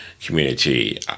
community